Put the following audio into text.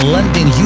London